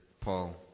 Paul